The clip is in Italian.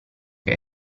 che